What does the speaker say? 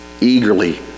Eagerly